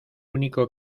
único